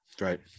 Right